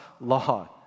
law